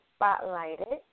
spotlighted